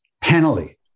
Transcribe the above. penalty